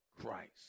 Christ